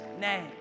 name